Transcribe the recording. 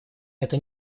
это